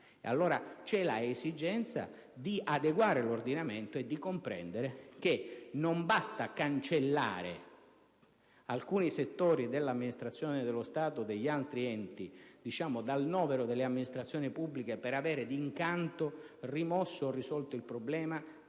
Dunque, c'è l'esigenza di adeguare l'ordinamento e di comprendere che non basta cancellare alcuni settori dell'amministrazione dello Stato o degli altri enti dal novero delle amministrazioni pubbliche per rimuovere o risolvere d'incanto il problema